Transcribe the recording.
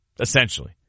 Essentially